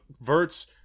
Verts